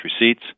receipts